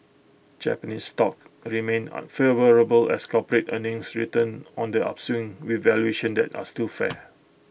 Japanese stocks remain unfavourable as corporate earnings return on the upswing with valuations that are still fair